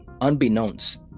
unbeknownst